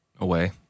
away